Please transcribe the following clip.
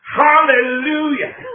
Hallelujah